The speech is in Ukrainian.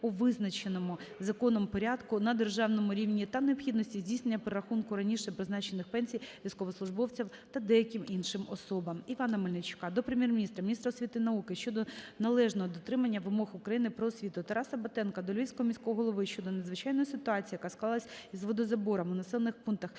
у визначеному законом порядку на державному рівні, та необхідності здійснення перерахунку раніше призначених пенсій військовослужбовцям та деяким іншим особам. Івана Мельничука до Прем'єр-міністра, міністра освіти і науки щодо належного дотримання вимог Закону України "Про освіту". Тараса Батенка до Львівського міського голови щодо надзвичайної ситуації, яка склалась із водозабором у населених пунктах